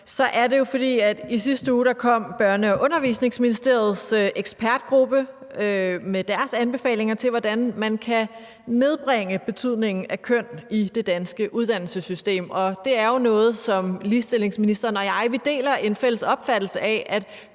er det jo, fordi Børne- og Undervisningsministeriets ekspertgruppe i sidste uge kom med deres anbefalinger til, hvordan man kan nedbringe betydningen af køn i det danske uddannelsessystem. Det er jo noget, som ligestillingsministeren og jeg deler en fælles opfattelse af,